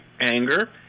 anger